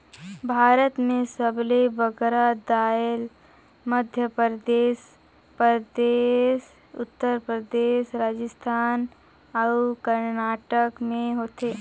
भारत में सबले बगरा दाएल मध्यपरदेस परदेस, उत्तर परदेस, राजिस्थान अउ करनाटक में होथे